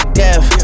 death